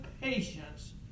patience